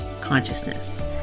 consciousness